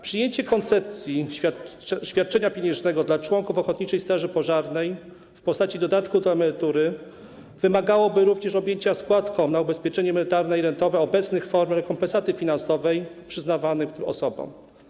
Przyjęcie koncepcji świadczenia pieniężnego dla członków ochotniczej straży pożarnej w postaci dodatku do emerytury wymagałoby również objęcia składką na ubezpieczenie emerytalne i rentowe obecnych form rekompensaty finansowej przyznawanej osobom.